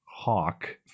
hawk